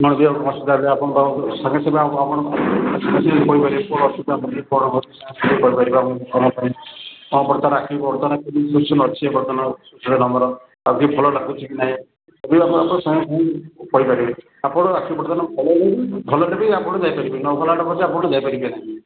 ମହାନ୍ତି ବାବୁ ହସ୍ପିଟାଲ୍ରେ ଆପଣ ତ ଆପଣ ଯେ ପର୍ଯ୍ୟନ୍ତ ଭଲ ହେଇନାହାନ୍ତି ଭଲ ହେବେ ଯାଇ ପାରିବେ ନ ହେଲା ଯାଇ ପାରିବେ ନାହିଁ